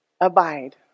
abide